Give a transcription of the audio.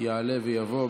יעלה ויבוא.